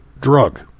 drug